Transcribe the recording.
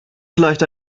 vielleicht